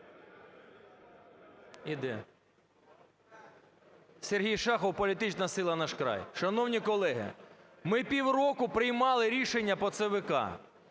С.В. Сергій Шахов, політична сила "Наш край". Шановні колеги, ми півроку приймали рішення по ЦВК.